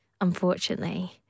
unfortunately